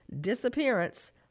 disappearance